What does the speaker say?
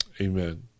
Amen